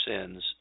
sins